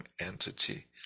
entity